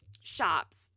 shops